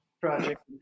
project